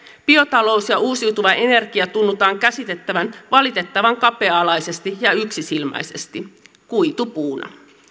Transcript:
biotalous ja uusiutuva energia tunnutaan käsittävän valitettavan kapea alaisesti ja yksisilmäisesti kuitupuuna